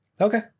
Okay